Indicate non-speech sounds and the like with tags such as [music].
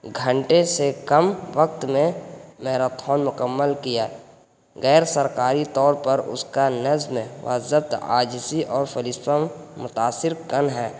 گھنٹے سے کم وقت میں میراتھون مکمل کیا غیر سرکاری طور پر اس کا نظم وضبط [unintelligible] اور [unintelligible] متاثر کن ہے